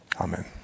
Amen